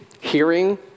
hearing